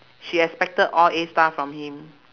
she expected all A star from him